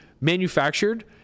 manufactured